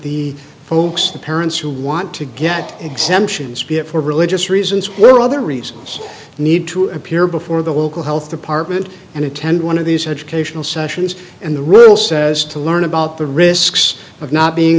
the folks the parents who want to get exemptions be it for religious reasons well other reasons need to appear before the local health department and attend one of these educational sessions and the rule says to learn about the risks of not being